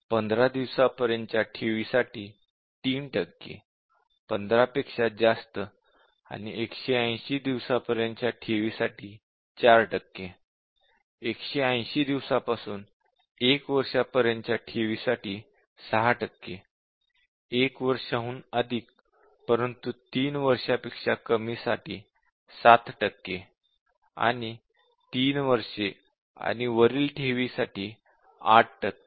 15 दिवसांपर्यंतच्या ठेवींसाठी 3 टक्के 15 दिवसांपेक्षा जास्त आणि 180 दिवसांपर्यंतच्या ठेवींसाठी 4 टक्के 180 दिवसांपासून 1 वर्षापर्यंतच्या ठेवींसाठी 6 टक्के 1 वर्षाहून अधिक परंतु 3 वर्षांपेक्षा कमी साठी 7 टक्के आणि 3 वर्षे आणि वरील ठेवींसाठी 8 टक्के